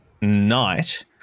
night